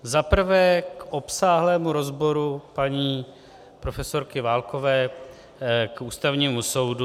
Za prvé k obsáhlému rozboru paní profesorky Válkové k Ústavnímu soudu.